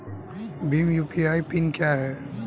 Bhim UPI PIN क्या है?